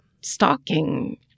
stalking